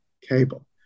cable